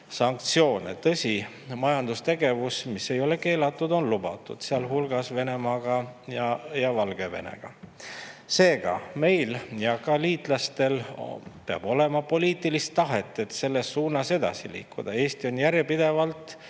sanktsioone. Tõsi, majandustegevus, mis ei ole keelatud, on lubatud, sealhulgas Venemaa ja Valgevenega. Seega, meil ja ka liitlastel peab olema poliitilist tahet, et selles suunas edasi liikuda. Eesti on järjepidevalt